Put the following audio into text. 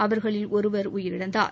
அவர்களில் ஒருவர் உயிரிழந்தார்